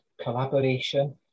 collaboration